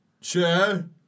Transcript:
Sure